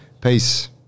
Peace